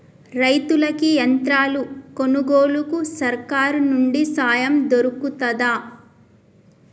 రైతులకి యంత్రాలు కొనుగోలుకు సర్కారు నుండి సాయం దొరుకుతదా?